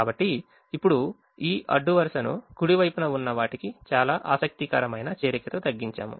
కాబట్టి ఇప్పుడు ఈ అడ్డు వరుసను కుడి వైపున ఉన్న వాటికి చాలా ఆసక్తికరమైన చేరికతో తగ్గించాము